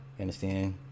understand